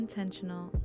intentional